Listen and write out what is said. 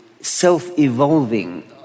self-evolving